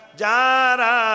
jara